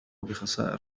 بخسائر